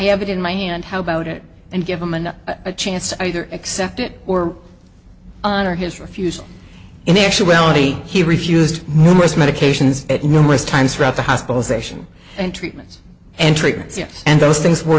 have it in my hand how about it and give them another chance either accept it or honor his refusal in actuality he refused numerous medications numerous times throughout the hospitalization and treatments and treatments and those things were